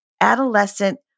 adolescent